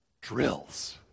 drills